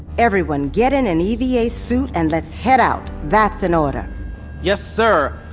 everyone get in an e v a suit and let's head out. that's an order yes sir!